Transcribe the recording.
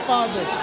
Father